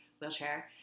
wheelchair